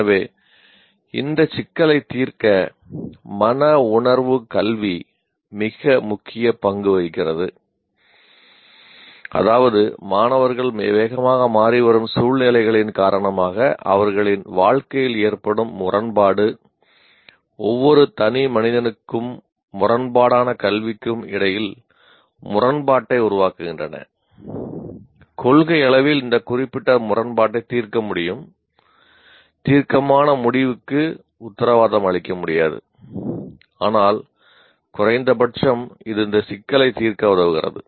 எனவே இந்த சிக்கலை தீர்க்க மனவுணர்வு கல்வி முக்கிய பங்கு வகிக்கிறது அதாவது மாணவர்கள் வேகமாக மாறிவரும் சூழ்நிலைகளின் காரணமாக அவர்களின் வாழ்க்கையில் ஏற்படும் முரண்பாடு ஒவ்வொரு தனிமனிதனுக்கும் முரண்பாடான கல்விக்கும் இடையில் முரண்பாட்டை உருவாக்குகின்றன கொள்கையளவில் இந்த குறிப்பிட்ட முரண்பாட்டை தீர்க்க முடியும் தீர்க்கமான முடிவுக்கு உத்தரவாதம் அளிக்க முடியாது ஆனால் குறைந்தபட்சம் இது இந்த சிக்கலை தீர்க்க உதவுகிறது